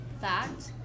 fact